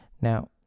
Now